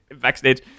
backstage